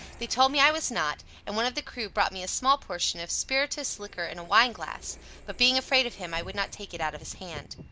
they told me i was not and one of the crew brought me a small portion of spirituous liquor in a wine glass but, being afraid of him, i would not take it out of his hand.